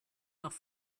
nach